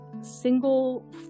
single